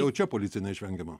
jau čia policija neišvengiama